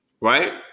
Right